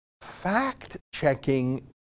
fact-checking